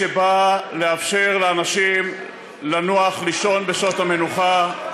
שבא לאפשר לאנשים לנוח, לישון בשעות המנוחה,